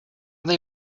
they